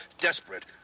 desperate